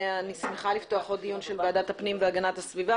אני שמחה לפתוח עוד דיון של ועדת הפנים והגנת הסביבה.